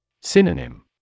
Synonym